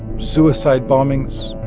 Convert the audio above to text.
suicide bombings.